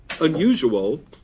unusual